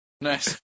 Nice